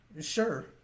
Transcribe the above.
Sure